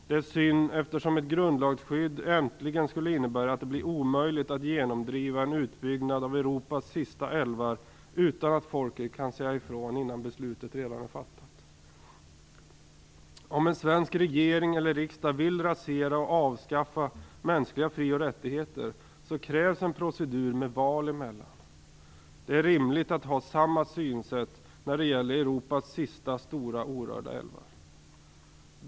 Det är synd, eftersom ett grundlagsskydd skulle innebära att det äntligen blev omöjligt att genomdriva en utbyggnad av Europas sista älvar utan att folket kunnat säga ifrån innan beslut är fattat. Om en svensk regering eller Sveriges riksdag vill rasera och avskaffa mänskliga fri och rättigheter krävs en procedur med val emellan. Det är rimligt att ha samma synsätt när det gäller Europas sista stora orörda älvar.